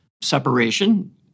separation